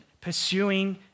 pursuing